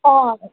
अँ